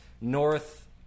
North